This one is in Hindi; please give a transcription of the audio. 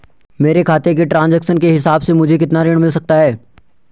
मेरे खाते के ट्रान्ज़ैक्शन के हिसाब से मुझे कितना ऋण मिल सकता है?